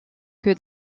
que